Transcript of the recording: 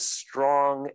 strong